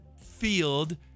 field